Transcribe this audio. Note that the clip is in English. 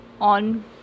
on